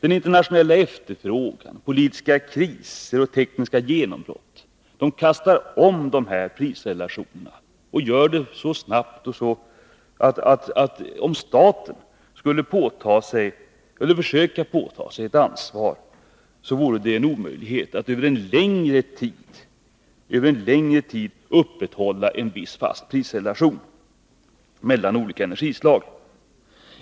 Den internationella efterfrågan, politiska kriser och tekniska genombrott kastar om dessa prisrelationer och gör det så snabbt att om det vore omöjligt för staten att söka påta sig ett ansvar för att över en längre tid upprätthålla en fast prisrelation mellan olika energislag.